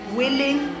willing